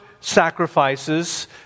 sacrifices